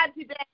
today